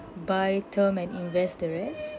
buy term and invest the rest